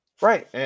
Right